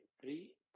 three